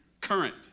current